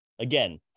Again